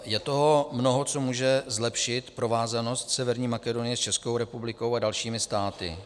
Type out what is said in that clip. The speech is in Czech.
Je toho mnoho, co může zlepšit provázanost Severní Makedonie s Českou republikou a dalšími státy.